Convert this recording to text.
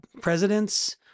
presidents